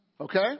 okay